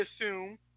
assume